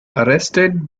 arrested